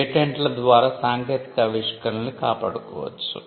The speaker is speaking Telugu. పేటెంట్ ల ద్వారా సాంకేతిక ఆవిష్కరణలను కాపాడుకోవచ్చు